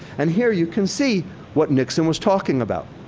and here you can see what nixon was talking about.